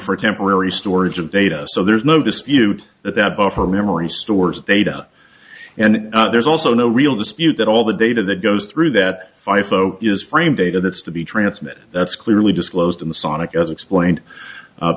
for temporary storage of data so there's no dispute that that buffer memory stores data and there's also no real dispute that all the data that goes through that five zero is frame data that's to be transmitted that's clearly disclosed in the sonic as explained